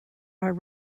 are